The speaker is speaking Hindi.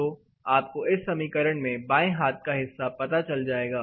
तो आपको इस समीकरण में बाएं हाथ का हिस्सा पता चल जाएगा